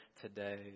today